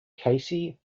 casey